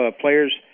players